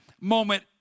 moment